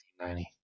1990